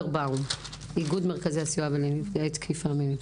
אוברבאום, איגוד מרכזי הסיוע לנפגעי תקיפה מינית.